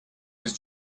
his